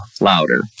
louder